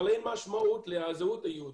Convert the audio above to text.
אבל אין משמעות לזהות היהודית,